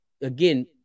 Again